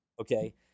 okay